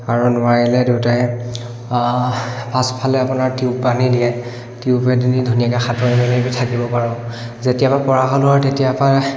আৰু নোৱাৰিলে দেউতাই পাছফালে আপোনাৰ টিউব বান্ধি দিয়ে টিউবেদিনি ধুনীয়াকৈ সাঁতুৰি মেলি থাকিব পাৰোঁ যেতিয়াৰ পৰা পৰা হ'লোঁ আৰু তেতিয়াৰ পৰা